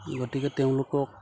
গতিকে তেওঁলোকক